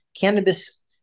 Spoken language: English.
cannabis